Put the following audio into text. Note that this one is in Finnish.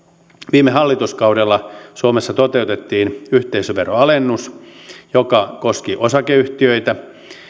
viime hallituskaudella suomessa toteutettiin yhteisöveroalennus joka koski osakeyhtiöitä